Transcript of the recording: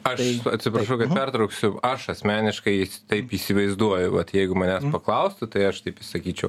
aš atsiprašau kad pertrauksiu aš asmeniškai taip įsivaizduoju vat jeigu manęs paklaustų tai aš taip sakyčiau